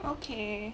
okay